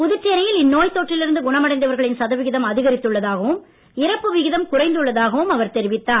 புதுச்சேரியில் இந்நோய் தொற்றிலிருந்து குணமடைந்தவர்களின் சதவிகிதம் அதிகரித்துள்ளதாகவும் இறப்பு விகிதம் குறைந்துள்ளதாகவும் தெரிவித்தார்